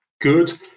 good